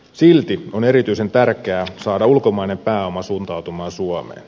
silti on erityisen tärkeää saada ulkomainen pääoma suuntautumaan suomeen